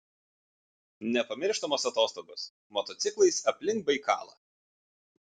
nepamirštamos atostogos motociklais aplink baikalą